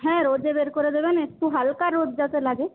হ্যাঁ রোদে বের করে দেবেন একটু হালকা রোদ যাতে লাগে